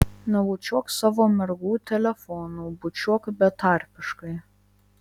nebučiuok savo mergų telefonu bučiuok betarpiškai